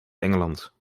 engeland